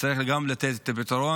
צריך גם לתת את הפתרון.